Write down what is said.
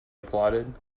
applauded